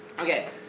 Okay